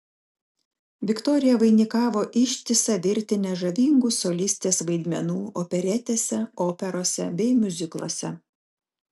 viktorija vainikavo ištisą virtinę žavingų solistės vaidmenų operetėse operose bei miuzikluose